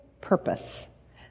purpose